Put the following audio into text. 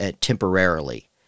temporarily